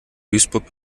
duisburg